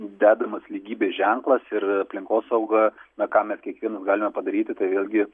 dedamas lygybės ženklas ir aplinkosauga na ką mes kiekvienas galime padaryti tai vėlgi